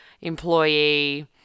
employee